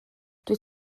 dwyt